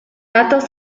datos